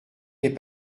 est